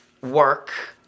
work